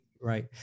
Right